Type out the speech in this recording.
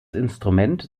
instrument